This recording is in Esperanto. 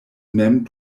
mem